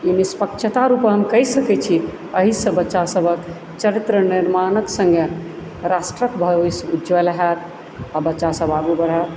निष्पक्षता रुपे हम कहि सकै छी अहिसँ बच्चा सभक चरित्र निर्माणक सङ्गे राष्ट्रक भविष्य उज्ज्वल होयत आ बच्चा सब आगू बढ़त